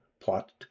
plot